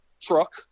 truck